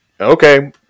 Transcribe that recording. okay